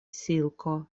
silko